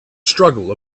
struggle